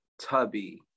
tubby